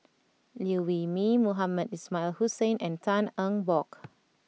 Liew Wee Mee Mohamed Ismail Hussain and Tan Eng Bock